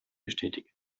bestätigen